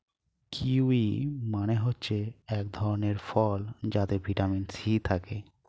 kiwi মানে হচ্ছে এক ধরণের ফল যাতে ভিটামিন সি থাকে